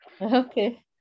okay